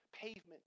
pavement